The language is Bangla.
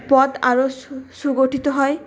পথ আরো সুগঠিত হয়